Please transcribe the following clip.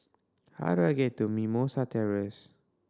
how do I get to Mimosa Terrace